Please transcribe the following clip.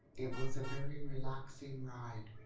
it was a very relaxing ride.